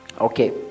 Okay